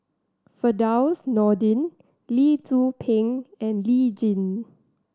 Firdaus Nordin Lee Tzu Pheng and Lee Tjin